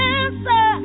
answer